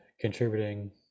contributing